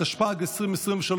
התשפ"ג 2023,